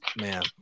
man